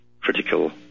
critical